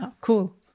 Cool